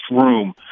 room